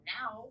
now